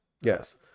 Yes